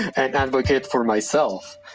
and advocate for myself